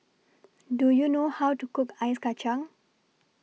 Do YOU know How to Cook Ice Kachang